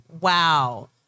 wow